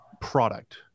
product